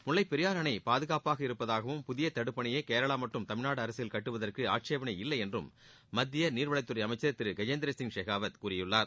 முல்லைப்பெரியாறு அணை பாதுகாப்பாக இருப்பதாகவும் புதிய தடுப்பணையை கேரளா மற்றும் தமிழ்நாடு அரசுகள் கட்டுவதற்கு ஆட்சேபனை இல்லை என்றும் மத்திய நீர்வளத்துறை அமைச்சர் திரு கஜேந்திரசிங் ஷெகாவத் கூறியுள்ளார்